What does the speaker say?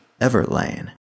Everlane